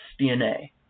DNA